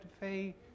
pay